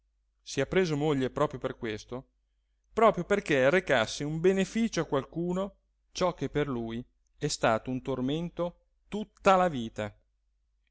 se ha preso moglie proprio per questo proprio perché recasse un beneficio a qualcuno ciò che per lui è stato un tormento tutta la vita